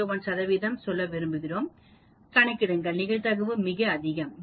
01 சதவிகிதம் சொல்ல விரும்புகிறோம் கணக்கிடுங்கள் நிகழ்தகவு மிக அதிகம்